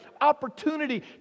opportunity